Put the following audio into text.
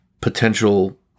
potential